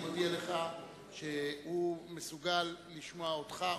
אני מודיע לך שהוא מסוגל לשמוע אותך,